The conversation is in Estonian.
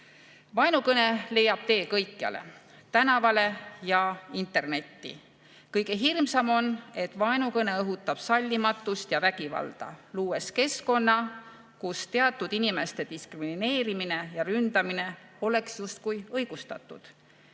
Vaenukõne leiab tee kõikjale, ka tänavale ja internetti. Kõige hirmsam on, et vaenukõne õhutab sallimatust ja vägivalda, luues keskkonna, kus teatud inimeste diskrimineerimine ja ründamine oleks justkui õigustatud.